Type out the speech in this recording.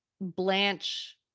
blanche